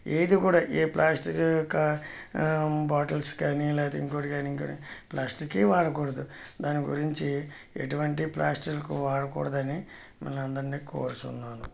ఏది కూడా ఏ ప్లాస్టిక్ యొక్క బాటిల్స్ కానీ లేకపోతే ఇంకోటి కాని ఇంకోటి ప్లాస్టికె వాడకూడదు దాని గురించి ఎటువంటి ప్లాస్టిక్ వాడకూడదని మిమ్మల్ని అందరిని కోరుచున్నాను